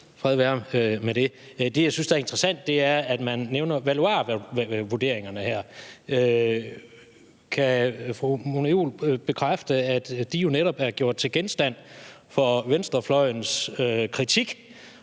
Det, jeg synes er interessant, er, at man her nævner valuarvurderingerne. Kan fru Mona Juul bekræfte, at de netop er gjort til genstand for venstrefløjens kritik,